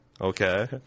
Okay